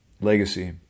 legacy